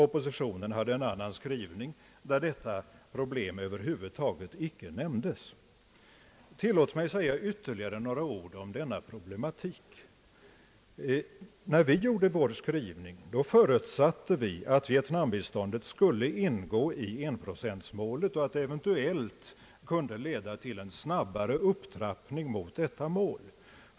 Oppositionen hade en annan skrivning, i vilken detta problem över huvud taget icke nämndes. Tillåt mig säga ytterligare några ord om problematiken kring frågan om bistånd till Vietnam. När vi gjorde vår skrivning förutsatte vi att vietnambiståndet skulle ingå i enprocentsmålet, vilket eventuellt kunde leda till en snabbare upptrappning mot detta mål.